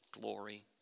glory